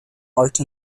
art